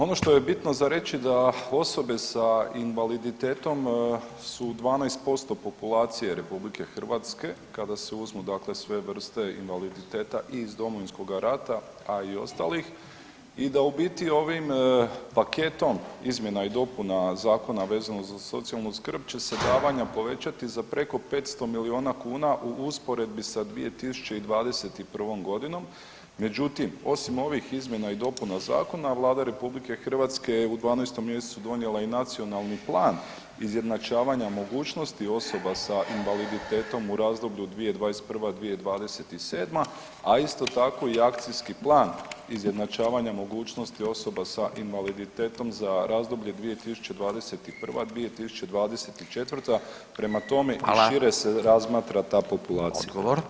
Ono što je bitno za reći da osobe s invaliditetom su 12% populacije RH kada se uzmu sve vrste invaliditeta i iz Domovinskog rata, a i ostalih i da u biti ovim paketom izmjena i dopuna zakona vezano za socijalnu skrb će se davanja povećati za preko 500 milijuna kuna u usporedbi sa 2021.g. Međutim osim ovih izmjena i dopuna zakona Vlada RH je u 12.mjesecu donijela i Nacionalni plan izjednačavanja mogućnosti osoba s invaliditetom u razdoblju 2021.-2027., a isto tako i Akcijski plan izjednačavanja mogućnosti osoba s invaliditetom za razdoblje 2021.-2024., prema tome i šire [[Upadica Radin: Hvala.]] se razmatra ta populacija.